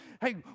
Hey